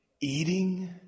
eating